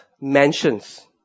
mansions